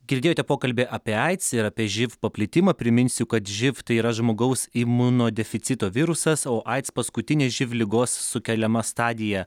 girdėjote pokalbį apie aids ir apie živ paplitimą priminsiu kad živ tai yra žmogaus imunodeficito virusas o aids paskutinė živ ligos sukeliama stadija